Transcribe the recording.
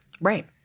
Right